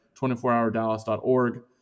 24hourdallas.org